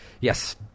Yes